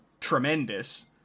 tremendous